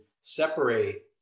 separate